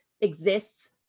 exists